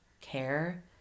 care